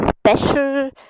special